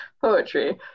poetry